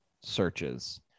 searches